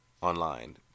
online